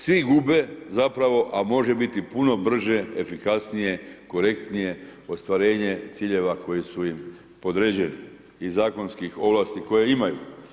Svi gube, zapravo a može biti puno brže, efikasnije, korektnije ostvarenje ciljeva koji su im podređeni i zakonskih ovlasti koje imaju.